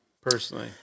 personally